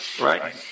right